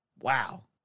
Wow